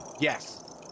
Yes